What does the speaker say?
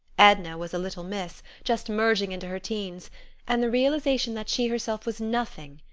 edna was a little miss, just merging into her teens and the realization that she herself was nothing,